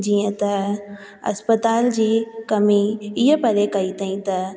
जीअं त अस्पताल जी कमी ईअं परे कई अथईं त